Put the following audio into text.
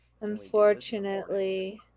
unfortunately